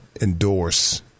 endorse